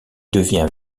devient